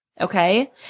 Okay